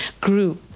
grew